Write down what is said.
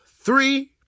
three